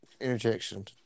interjection